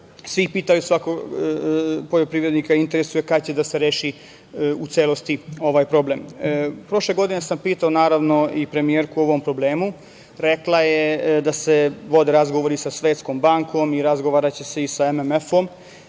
Svi pitaju, svakog poljoprivrednika interesuje kad će da se reši u celosti ovaj problem? Prošle godine sam pitao i premijerku o ovom problemu. Rekla je da se vode razgovori sa Svetskom bankom i da će se razgovarati i sa MMF-om,